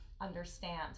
understand